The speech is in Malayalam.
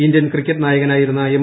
ഇന്ത്യൻ ക്രിക്കറ്റ് നായകനായിരുന്ന എം